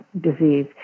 disease